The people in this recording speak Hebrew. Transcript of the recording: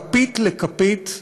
כפית לכפית,